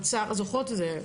זוכרות את זה?